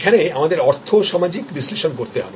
এখানে আমাদের অর্থসামাজিক বিশ্লেষণ করতে হবে